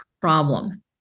problem